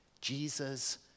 Jesus